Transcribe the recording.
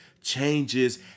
changes